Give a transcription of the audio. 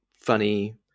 funny